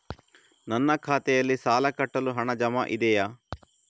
ನನ್ನ ಖಾತೆಯಲ್ಲಿ ಸಾಲ ಕಟ್ಟಲು ಹಣ ಜಮಾ ಇದೆಯೇ?